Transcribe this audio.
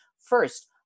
First